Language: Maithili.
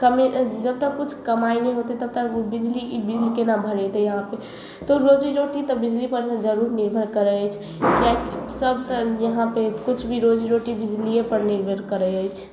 कमाएत जबतक किछु कमाय नहि होतै तबतक ओ बिजली ई बिल केना भड़ेतै आहाँके तऽ रोजीरोटी बिजलीपर जरूर निर्भर करय अछि किएकी सबसऽ यहाँ पे कुछ भी रोजीरोटी बिजलीए पर निर्भर करय अछि